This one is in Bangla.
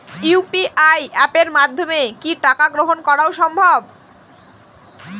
ইউ.পি.আই অ্যাপের মাধ্যমে কি টাকা গ্রহণ করাও সম্ভব?